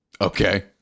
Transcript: Okay